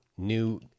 new